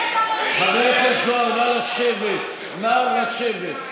חבר הכנסת זוהר, נא לשבת.